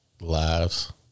Lives